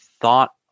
thought